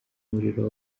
umuriro